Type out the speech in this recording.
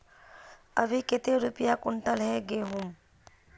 अभी कते रुपया कुंटल है गहुम?